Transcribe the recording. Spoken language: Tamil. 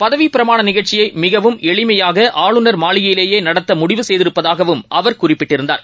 பதவிப் பிரமாணநிகழ்ச்சியைமிகவும் எளிமையாகஆளுநர் மாளிகையிலேயேநடத்தமுடிவு செய்திருப்பதாகவும் அவர் குறிப்பிட்டிருந்தார்